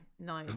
no